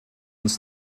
uns